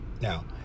now